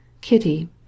Kitty